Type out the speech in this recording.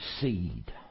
seed